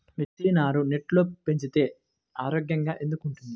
మిర్చి నారు నెట్లో పెంచితే ఆరోగ్యంగా ఎందుకు ఉంటుంది?